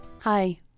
Hi